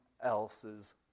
else's